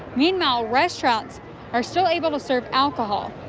meanwhile restaurants are still able to serve alcohol.